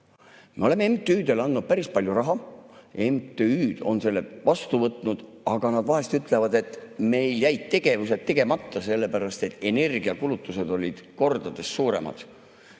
Me oleme MTÜ‑dele andnud päris palju raha, MTÜ‑d on selle vastu võtnud, aga nad vahest ütlevad, et neil jäid tegevused tegemata, sellepärast et energiakulutused olid kordades suuremad.